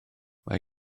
mae